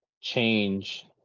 change